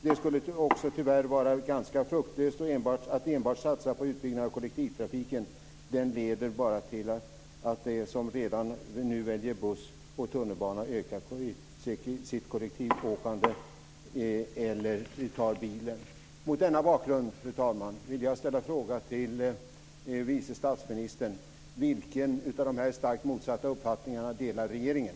Det skulle också tyvärr vara ganska fruktlöst att enbart satsa på utbyggnad av kollektivtrafiken; det leder bara till att de som redan nu väljer buss och tunnelbana ökar sitt kollektivåkande medan resten framhärdar i att ta bilen, -." Mot denna bakgrund, fru talman, vill jag ställa frågan till vice statsministern: Vilken av de här starkt motsatta uppfattningarna delar regeringen?